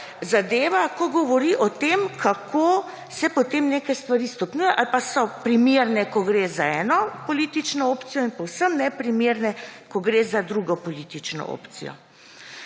zadeva, ki govori o tem, kako se potem neke stvari stopnjujejo ali pa so primerne, ko gre za eno politično opcijo, in povsem neprimerne, ko gre za drugo politično opcijo.